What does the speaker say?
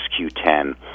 XQ10